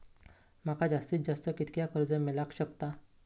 माका जास्तीत जास्त कितक्या कर्ज मेलाक शकता?